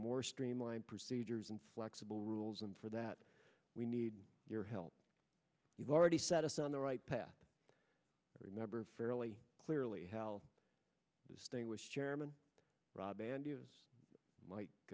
more streamlined procedures and flexible rules and for that we need your help you've already set us on the right path remember fairly clearly how distinguished chairman rob andrews